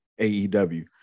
aew